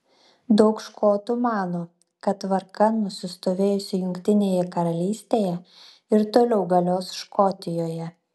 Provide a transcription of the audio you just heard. daug škotų mano kad tvarka nusistovėjusi jungtinėje karalystėje ir toliau galios škotijoje